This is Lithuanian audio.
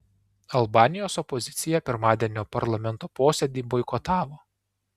albanijos opozicija pirmadienio parlamento posėdį boikotavo